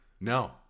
No